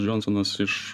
džonsonas iš